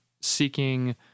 seeking